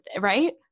right